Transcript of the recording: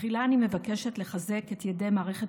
תחילה אני מבקשת לחזק את ידי מערכת